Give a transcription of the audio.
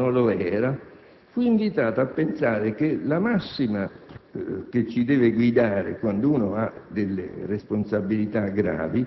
- e poteva sembrare anche un qualcosa di iettatorio, ma non lo era - quando fui invitato a pensare che la massima che ci deve guidare, quando si hanno responsabilità gravi,